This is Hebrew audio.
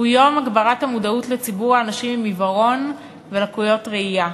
שהוא יום הגברת המודעות לציבור האנשים עם עיוורון ולקויות ראייה,